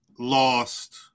Lost